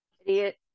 Idiot